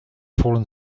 fallen